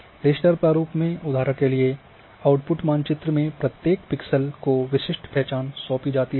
raster प्रारूप में उदाहरण के लिए आउटपुट मानचित्र में प्रत्येक पिक्सेल को विशिष्ट पहचान सौंपी जाती है